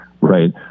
right